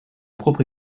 propre